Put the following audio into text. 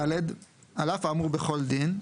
(ד)על אף האמור בכל דין,